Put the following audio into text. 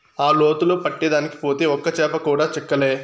ఆ లోతులో పట్టేదానికి పోతే ఒక్క చేప కూడా చిక్కలా